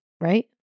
right